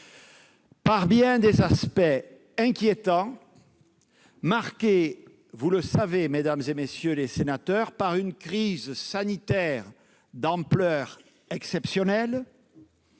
par bien des aspects, et marqué, vous le savez, mesdames, messieurs les sénateurs, par une crise sanitaire d'ampleur exceptionnelle,